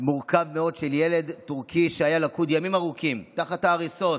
מורכב מאוד של ילד טורקי שהיה לכוד ימים ארוכים תחת ההריסות.